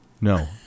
no